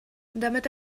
damit